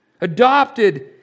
adopted